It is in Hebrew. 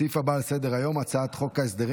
הסעיף הבא על סדר-היום: הצעת חוק הסדרים